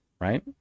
right